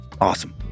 Awesome